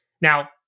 Now